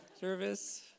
service